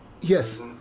Yes